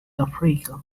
africa